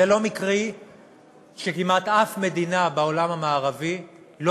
זה לא מקרי שכמעט אף מדינה בעולם המערבי לא